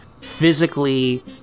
physically